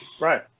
Right